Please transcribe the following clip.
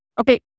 okay